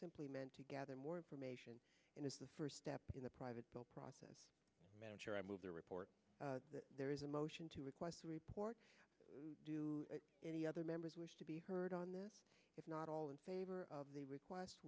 simply meant to gather more information it is the first step in the private process manager i move the report that there is a motion to request a report do any other members wish to be heard on this if not all in favor of the request